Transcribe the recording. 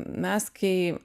mes kai